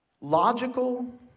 Logical